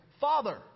Father